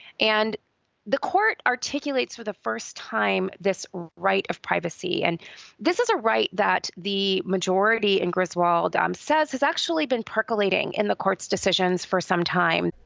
and the court articulates for the first time this right of privacy and this is a right that the majority in griswold um says is actually been percolating in the court's decisions for some time.